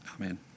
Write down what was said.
amen